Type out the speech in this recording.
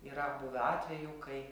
yra buvę atvejų kai